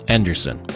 Anderson